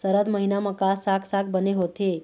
सरद महीना म का साक साग बने होथे?